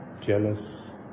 jealous